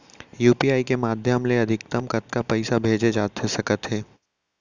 UPI के माधयम ले अधिकतम कतका पइसा भेजे जाथे सकत हे?